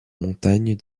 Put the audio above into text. montagnes